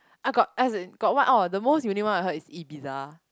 I got as in got one orh the most unique one I heard is Ibiza